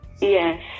Yes